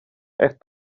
ett